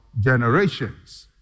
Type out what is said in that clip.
generations